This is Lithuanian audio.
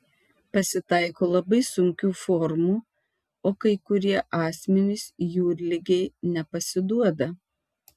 pasitaiko labai sunkių formų o kai kurie asmenys jūrligei nepasiduoda